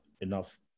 enough